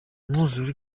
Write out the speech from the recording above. umwuzure